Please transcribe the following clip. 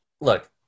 look